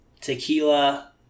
tequila